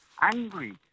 angry